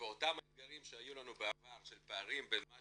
ואותם האתגרים שהיו לנו בעבר של פערים בין מה